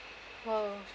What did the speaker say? !wow!